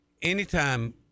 Anytime